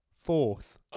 fourth